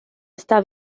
está